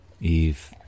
eve